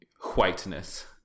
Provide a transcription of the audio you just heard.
whiteness